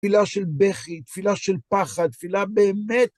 תפילה של בכי, תפילה של פחד, תפילה באמת...